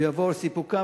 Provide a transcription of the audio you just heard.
ויבואו על סיפוקם,